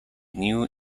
new